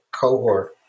cohort